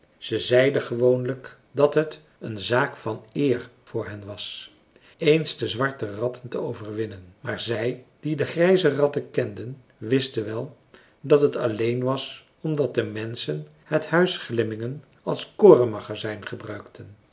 ze zeiden gewoonlijk dat het een zaak van eer voor hen was eens de zwarte ratten te overwinnen maar zij die de grijze ratten kenden wisten wel dat het alleen was omdat de menschen het huis glimmingen als korenmagazijn gebruikten